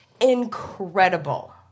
Incredible